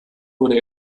wurde